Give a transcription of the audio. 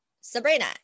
Sabrina